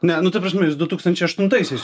ne nu ta prasme jūs du tūkstančiai aštuntaisiais